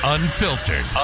Unfiltered